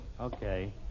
Okay